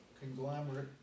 conglomerate